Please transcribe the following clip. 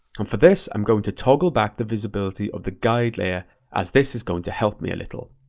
and for this, i'm going to toggle back the visibility of the guide layer as this is going to help me a little.